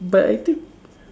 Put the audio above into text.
but I think